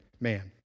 man